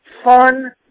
Fun